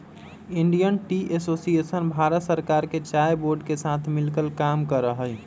Indian Tea Association Bharat सरकार के चाय बोर्ड के साथ मिलकर काम करा हई